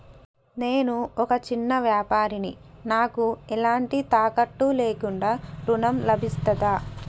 నేను ఒక చిన్న వ్యాపారిని నాకు ఎలాంటి తాకట్టు లేకుండా ఋణం లభిస్తదా?